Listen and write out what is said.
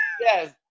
Yes